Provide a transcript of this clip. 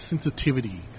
sensitivity